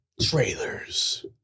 trailers